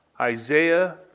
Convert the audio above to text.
Isaiah